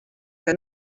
que